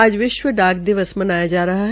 आज विश्व डाक दिवस मनाया जा रहा है